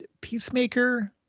Peacemaker